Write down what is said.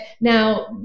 Now